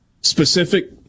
specific